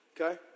okay